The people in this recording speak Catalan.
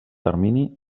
termini